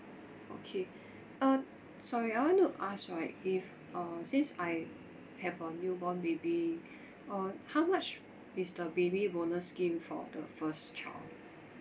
okay uh sorry I want to ask right if uh since I have a new born baby uh how much is the baby bonus scheme for the first child